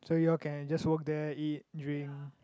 so you all can just work there eat drink